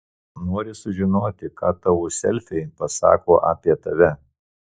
nori sužinoti ką tavo selfiai pasako apie tave